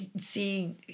See